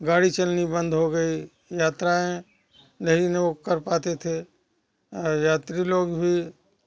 गाड़ी चलनी बंद हो गई यात्राएँ नहीं वह कर पाते थे और यात्री लोग भी